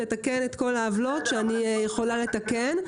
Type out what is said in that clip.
לתקן את כל העוולות שאני יכולה לתקן,